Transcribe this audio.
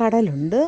കടലുണ്ട്